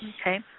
Okay